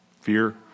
fear